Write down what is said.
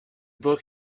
book